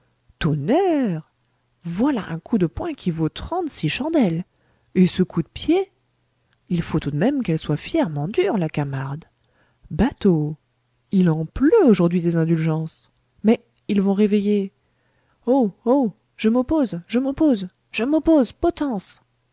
tonnerre voilà un coup de poing qui vaut trente-six chandelles et ce coup de pied il faut tout de même qu'elle soit fièrement dure la camarde bateau il en pleut aujourd'hui des indulgences mais ils vont réveiller oh oh je m'oppose je m'oppose je m'oppose potence